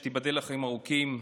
שתיבדל לחיים ארוכים,